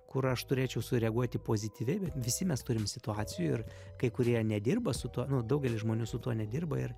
kur aš turėčiau sureaguoti pozityviai bet visi mes turim situacijų ir kai kurie nedirba su tuo nu daugelis žmonių su tuo nedirba ir